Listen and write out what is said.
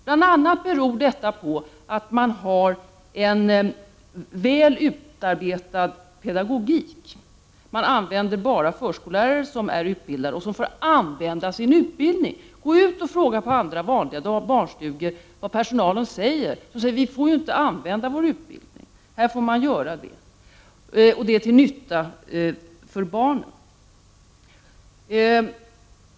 Detta beror bl.a. på att man har en väl utarbetad pedagogik. Man använder bara förskollärare som är utbildade, och de får använda sin utbildning. Gå ut på andra barnstugor och fråga vad personalen säger! De svarar att de inte får använda sin utbildning. Här får man göra det, till nytta för barnen.